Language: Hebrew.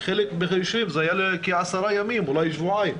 זה היה ל-10 ימים, אולי שבועיים.